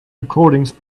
recordings